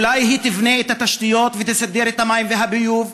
אולי היא תבנה את התשתיות ותסדר את המים ואת הביוב,